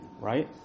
right